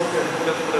בפילוסופיה וכו',